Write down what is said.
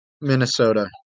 Minnesota